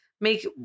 make